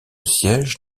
siège